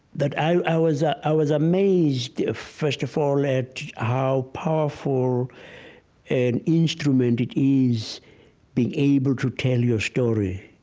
that i was ah i was amazed, first of all, at how powerful an instrument it is being able to tell your story.